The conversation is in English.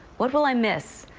what will i miss?